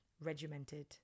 regimented